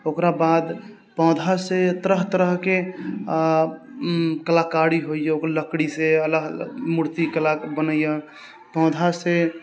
ओकरा बाद पौधा से तरह तरहके कलाकारी होइया ओहि लकड़ी से मूर्ति कला बनैया पौधा से